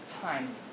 time